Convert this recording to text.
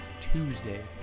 Tuesday